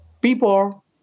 People